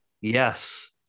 Yes